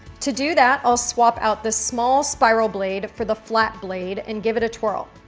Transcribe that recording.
to do that, i'll swap out the small spiral blade for the flat blade and give it a twirl.